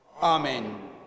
amen